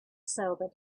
sobered